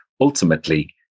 ultimately